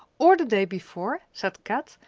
or the day before, said kat.